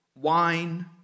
wine